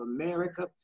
America